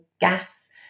gas